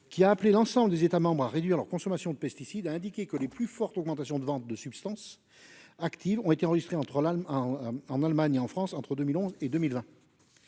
qui appelé l'ensemble des États membres à réduire leur consommation de pesticides, a indiqué que les plus fortes augmentations de vente de substances actives ont été enregistrées en Allemagne et en France entre 2011 et 2020.